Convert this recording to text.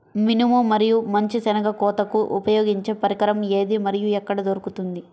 మినుము మరియు మంచి శెనగ కోతకు ఉపయోగించే పరికరం ఏది మరియు ఎక్కడ దొరుకుతుంది?